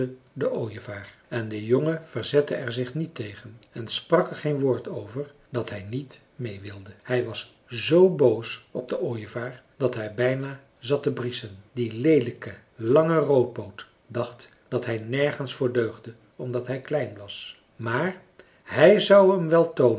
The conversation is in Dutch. den ooievaar en de jongen verzette er zich niet tegen en sprak er geen woord over dat hij niet meê wilde hij was zoo boos op den ooievaar dat hij bijna zat te brieschen die leelijke lange roodpoot dacht dat hij nergens voor deugde omdat hij klein was maar hij zou hem wel toonen